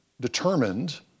determined